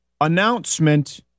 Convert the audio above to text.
announcement